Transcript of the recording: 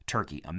Turkey